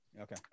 okay